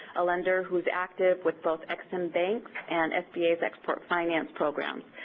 a lender who's active with both ex-im bank and sba's export finance programs.